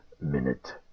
minute